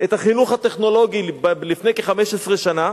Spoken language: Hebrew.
את החינוך הטכנולוגי לפני כ-15 שנה